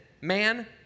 Man